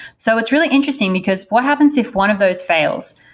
so it's really interesting, because what happens if one of those fails?